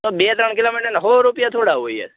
તો બે ત્રણ કિલોમીટરના સો રૂપિયા થોડા હોય યાર